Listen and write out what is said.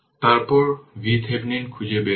তারপর VThevenin খুঁজে বের কর